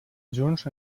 junts